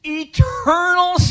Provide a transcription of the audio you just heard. eternal